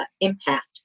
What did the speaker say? impact